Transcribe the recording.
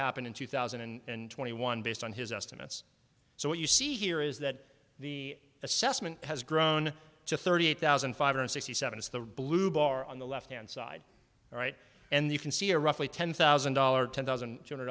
happen in two thousand and twenty one based on his estimates so what you see here is that the assessment has grown to thirty eight thousand five hundred sixty seven it's the blue bar on the left hand side all right and you can see a roughly ten thousand dollars ten thousand